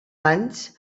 anys